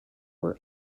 were